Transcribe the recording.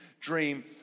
dream